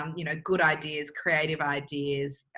um you know, good ideas, creative ideas,